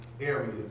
areas